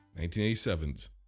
1987's